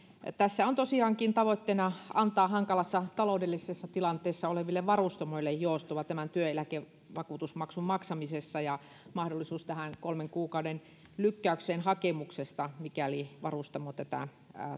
tässä on tosiaankin tavoitteena antaa hankalassa taloudellisessa tilanteessa oleville varustamoille joustoa työeläkevakuutusmaksun maksamisessa ja mahdollisuus kolmen kuukauden lykkäykseen hakemuksesta mikäli varustamo tätä